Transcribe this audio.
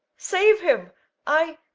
save him i,